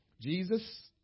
Jesus